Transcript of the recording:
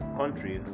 country